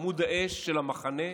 עמוד האש לפני המחנה,